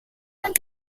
front